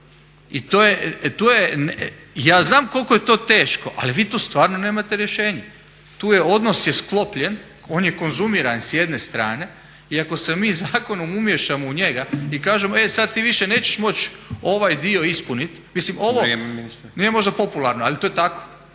I tu je, ja znam koliko je to teško ali vi tu stvarno nemate rješenje. Tu je, odnos je sklopljen, on je konzumiran s jedne strane i ako se mi zakonom umiješamo u njega i kažemo e sada ti više nećeš moći ovaj dio ispuniti … …/Upadica Stazić: Vrijeme